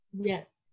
yes